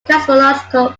cosmological